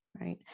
right